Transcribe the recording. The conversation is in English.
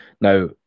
now